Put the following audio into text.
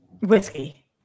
Whiskey